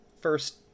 first